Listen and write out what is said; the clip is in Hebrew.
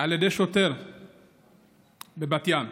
על ידי שוטר בבת ים,